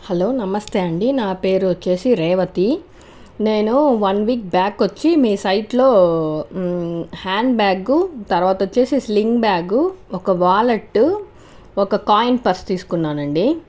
hello నమస్తే అండి నా పేరొచ్చేసి రేవతి నేను వన్ వీక్ బ్యాక్ వచ్చి మీ సైట్ లో హ్యాండ్ బ్యాగు తర్వాత వచ్చేసి స్లిన్గ్ బ్యాగు ఒక వాలెట్ ఒక కాయిన్ పర్సు తీసుకున్నానండి